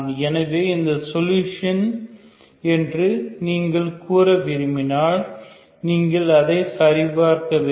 எனவே இது சொல்யூஷன் என்று நீங்கள் கூற விரும்பினால் நீங்கள் அதை சரிபார்க்க வேண்டும்